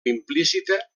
implícita